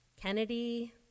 Kennedy